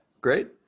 great